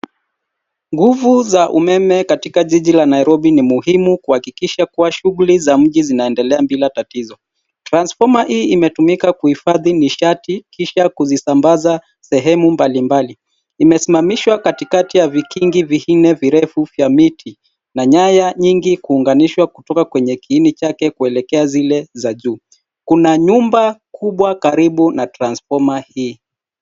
Nguvu za umeme katika jiji la Nairobi ni muhimu kuhakikisha kuwa shughuli za mji zinaendelea bila tatizo. Transformer hii imetumika kuhifadhi nishati, kisha kuzisambaza sehemu mbali mbali. Imesimamishwa katikati ya vikingi vinne virefu vya miti na nyaya nyingi kuunganishwa kutoka kwenye kiini chake kuelekea zile za juu. Kuna nyumba kubwa karibu na transformer hii.